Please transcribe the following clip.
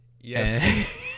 Yes